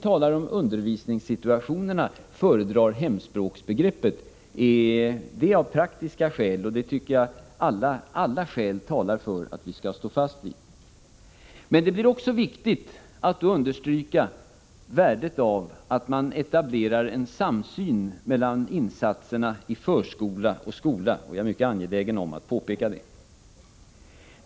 Det är av praktiska skäl som vi föredrar hemspråksbegreppet när vi talar om undervisning. Jag tycker alla skäl talar för att vi skall stå fast vid detta. Det är viktigt att understryka värdet av att man etablerar en samsyn mellan insatserna i förskola och skola — jag är mycket angelägen om att påpeka detta.